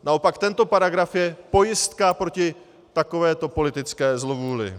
Naopak tento paragraf je pojistka proti takovéto politické zlovůli.